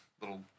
little